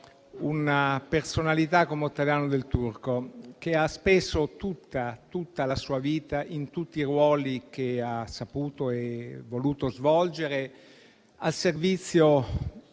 una personalità come Ottaviano Del Turco, che ha speso tutta la sua vita in tutti i ruoli che ha saputo e voluto svolgere al servizio